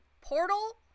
portal